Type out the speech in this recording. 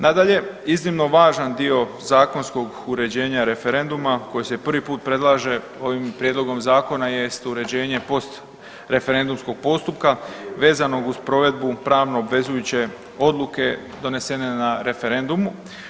Nadalje, iznimno važan dio zakonskog uređenja referenduma koji se prvi put predlaže ovim prijedlogom zakona jest uređenje postreferendumskog postupka vezanog uz provedbu pravno obvezujuće odluke donesene na referendumu.